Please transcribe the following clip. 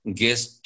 guest